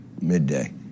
midday